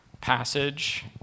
passage